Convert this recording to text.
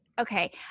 Okay